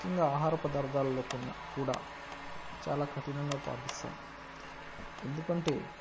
ముఖ్యంగా ఆహార పదార్థాలలో కున్న కూడా చాలా కఠినంగా పాటిస్తాం ఎందుకంటే